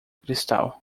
cristal